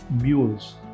mules